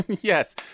Yes